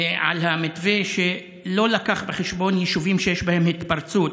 על המתווה שלא הביא בחשבון יישובים שיש בהם התפרצות,